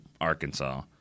Arkansas